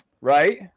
right